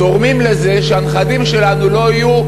תורמים לזה שהנכדים שלנו לא יהיו,